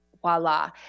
Voila